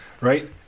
right